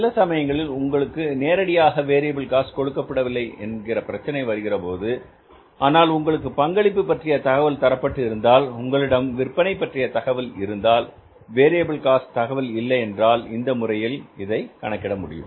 சில சமயங்களில் உங்களுக்கு நேரடியாக வேரியபில் காஸ்ட் கொடுக்கப்படவில்லை என்கிற பிரச்சினை வருகிறபோது ஆனால் உங்களுக்கு பங்களிப்பு பற்றிய தகவல் தரப்பட்டு இருந்தால் உங்களிடம் விற்பனை பற்றிய தகவல் இருந்தால் வேரியபில் காஸ்ட் தகவல் இல்லை என்றால் இந்த முறையில் இதை கணக்கிட முடியும்